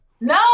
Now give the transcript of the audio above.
no